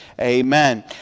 Amen